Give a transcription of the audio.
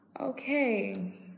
Okay